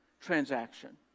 transaction